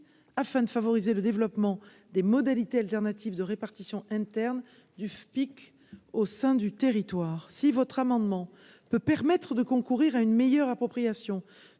afin de favoriser le développement des modalités alternatives de répartition interne du FPIC au sein du territoire si votre amendement peut permettre de concourir à une meilleure appropriation